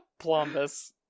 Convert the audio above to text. Plumbus